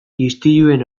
istiluen